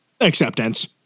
Acceptance